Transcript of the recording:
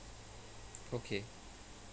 okay